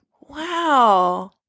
Wow